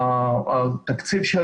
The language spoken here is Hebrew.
התקציב של